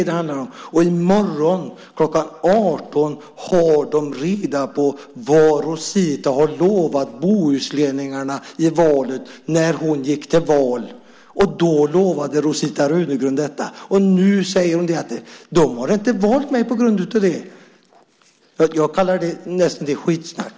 18 har bohuslänningarna reda på vad Rosita har lovat dem i valet. Då lovade Rosita Runegrund detta. Nu säger hon att bohuslänningarna inte har valt henne på grund av det. Det är skitsnack.